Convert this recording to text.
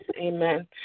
Amen